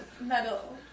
metal